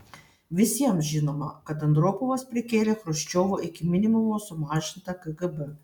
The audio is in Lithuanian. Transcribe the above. visiems žinoma kad andropovas prikėlė chruščiovo iki minimumo sumažintą kgb